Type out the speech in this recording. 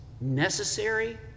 necessary